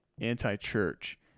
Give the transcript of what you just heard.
anti-church